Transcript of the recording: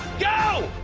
go!